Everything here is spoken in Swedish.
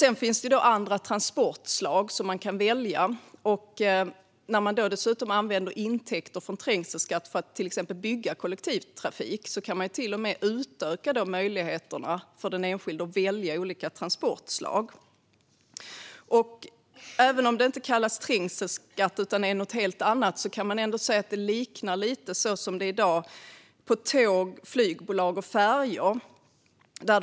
Sedan finns det andra transportslag som går att välja. När man dessutom använder intäkter från trängselskatt för att till exempel bygga kollektivtrafik kan man till och med utöka möjligheterna för den enskilde att välja olika transportslag. Även om det inte kallas trängselskatt utan är något helt annat kan man se att det som i dag finns på tåg, hos flygbolag och på färjor lite liknar detta.